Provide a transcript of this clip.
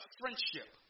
friendship